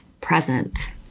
present